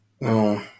No